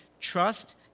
trust